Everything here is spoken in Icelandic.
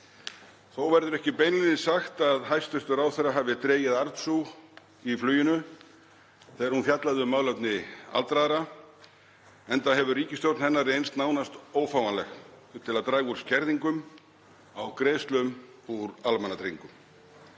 Þó verður ekki beinlínis sagt að hæstv. ráðherra hafi dregið arnsúg í fluginu þegar hún fjallaði um málefni aldraðra enda hefur ríkisstjórn hennar reynst nánast ófáanleg til að draga úr skerðingum á greiðslum úr almannatryggingum.